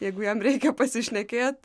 jeigu jam reikia pasišnekėt